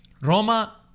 Roma